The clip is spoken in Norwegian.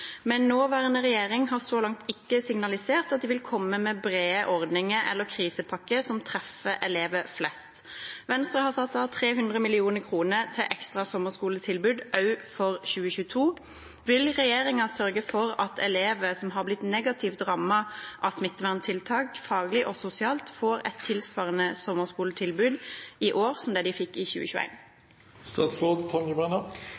men nåværende regjering har så langt ikke signalisert at de vil komme med brede ordninger eller krisepakker som treffer elever flest. Venstre har i sitt alternative budsjett satt av 300 mill. kr til ekstra sommerskoletilbud også for 2022. Vil regjeringen sørge for at elever som har blitt negativt rammet av smitteverntiltak, faglig og sosialt, får et tilsvarende sommerskoletilbud i år som de fikk i